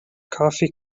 coffee